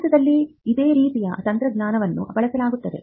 ಭಾರತದಲ್ಲಿ ಇದೇ ರೀತಿಯ ತಂತ್ರವನ್ನು ಬಳಸಲಾಗುತ್ತದೆ